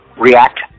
react